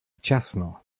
ciasno